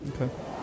okay